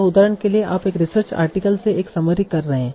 तो उदाहरण के लिए आप एक रिसर्च आर्टिकल से एक समरी कर रहे हैं